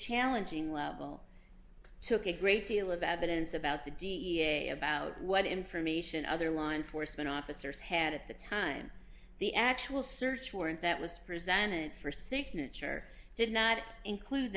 challenging level took a great deal of evidence about the da about what information other law enforcement officers had at the time the actual search warrant that was presented for signature did not include